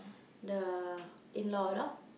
the in law you know